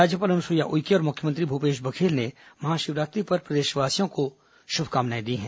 राज्यपाल अनुसुईया उइके और मुख्यमंत्री भूपेश बघेल ने महाशिवरात्रि पर प्रदेशवासियों को शुभकामनाएं दी हैं